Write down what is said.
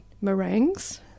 meringues